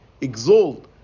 exalt